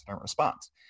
response